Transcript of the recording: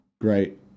Great